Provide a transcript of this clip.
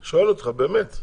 אני שואל אותך באמת.